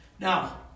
Now